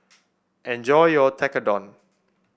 enjoy your Tekkadon